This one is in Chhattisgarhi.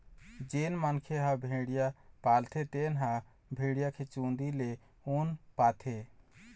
जेन मनखे ह भेड़िया पालथे तेन ह भेड़िया के चूंदी ले ऊन पाथे